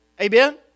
Amen